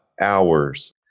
Hours